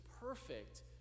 perfect